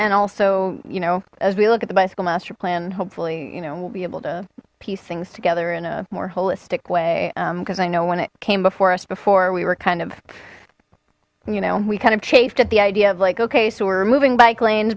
and also you know as we look at the bicycle master plan hopefully you know we'll be able to piece things together in a more holistic way because i know when it came before us before we were kind of you know we kind of chafed at the idea of like okay so we're moving bike lanes